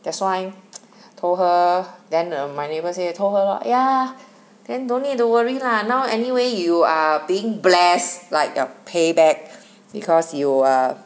that's why told her then uh my neighbour say told her lor ya then don't need to worry lah now anyway you are being bless like a payback because you are